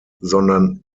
sondern